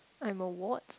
I'm award